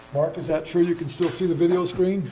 or is that true you can still see the video screen